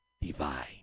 divine